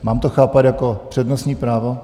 Mám to chápat jako přednostní právo?